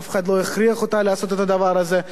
אף אחד לא הכריח אותה לעשות את הדבר הזה,